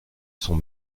son